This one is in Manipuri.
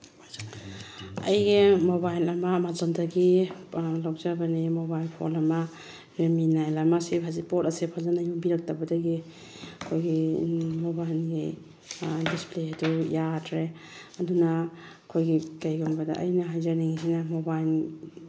ꯑꯩꯒꯤ ꯃꯣꯕꯥꯏꯜ ꯑꯃ ꯑꯃꯥꯖꯣꯟꯗꯒꯤ ꯂꯧꯖꯕꯅꯦ ꯃꯣꯕꯥꯏꯜ ꯐꯣꯟ ꯑꯃ ꯔꯦꯠꯃꯤ ꯅꯥꯏꯟ ꯑꯃ ꯁꯤ ꯍꯧꯖꯤꯛ ꯄꯣꯠ ꯑꯁꯤ ꯐꯖꯅ ꯌꯣꯝꯕꯤꯔꯛꯇꯕꯗꯒꯤ ꯑꯩꯈꯣꯏꯒꯤ ꯃꯣꯕꯥꯏꯜꯒꯤ ꯗꯤꯁꯄ꯭ꯂꯦꯗꯨ ꯌꯥꯗ꯭ꯔꯦ ꯑꯗꯨꯅ ꯑꯩꯈꯣꯏꯒꯤ ꯀꯩꯒꯨꯝꯕꯗ ꯑꯩꯅ ꯍꯥꯏꯖꯅꯤꯡꯉꯤꯁꯤꯅ ꯃꯣꯕꯥꯏꯜ